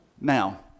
Now